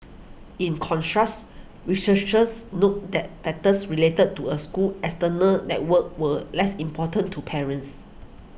in contrast researchers noted that factors related to a school's external network were less important to parents